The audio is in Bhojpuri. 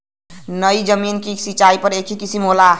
नयी जमीन पर सिंचाई क एक किसिम होला